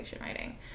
writing